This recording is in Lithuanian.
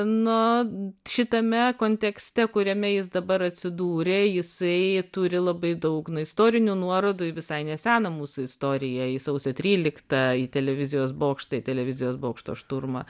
nu šitame kontekste kuriame jis dabar atsidūrė jisai turi labai daug nu istorinių nuorodų į visai neseną mūsų istoriją į sausio tryliktą į televizijos bokštą į televizijos bokšto šturmą